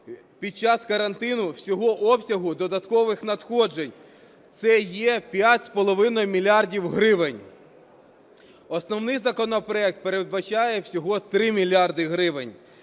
під час карантину всього обсягу додаткових надходжень. Це є 5,5 мільярда гривень. Основний законопроект передбачає всього 3 мільярди